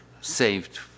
saved